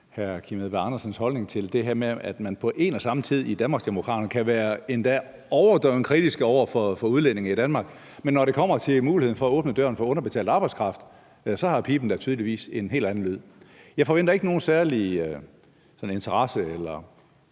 hr. Kim Edberg Andersens holdning til det her med, at man på en og samme tid i Danmarksdemokraterne kan være overdreven kritisk over for udlændinge i Danmark, men når det kommer til muligheden for at åbne døren for underbetalt arbejdskraft, har piben da tydeligvis en helt anden lyd. Jeg forventer ikke nogen særlig interesse eller